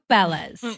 Bellas